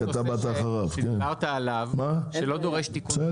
לגבי הנושא שדיברת עליו שלא דורש תיקון חקיקה,